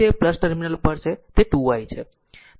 તેથી તે ટર્મિનલ પર છે તે 2 i છે